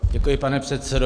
Děkuji, pane předsedo.